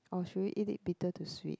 or should we eat it bitter to sweet